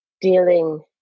dealing